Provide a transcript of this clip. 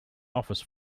office